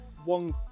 one